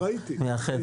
ראיתי.